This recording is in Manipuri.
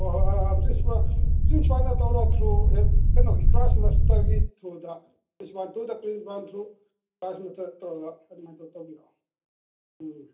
ꯍꯣꯏ ꯍꯣꯏ ꯍꯣꯏ ꯍꯣꯏ ꯄ꯭ꯔꯤꯟꯁꯤꯄꯥꯜꯗ ꯇꯧꯔꯣ ꯊ꯭ꯔꯨ ꯍꯦꯛ ꯀꯩꯅꯣꯒꯤ ꯀ꯭ꯂꯥꯁ ꯃꯥꯁꯇꯔꯒꯤ ꯊ꯭ꯔꯨꯗ principal to the principal through class master ꯇꯧꯔꯒ ꯑꯗꯨꯃꯥꯏ ꯇꯧꯔ ꯇꯧꯕꯤꯔꯛꯑꯣ ꯎꯝ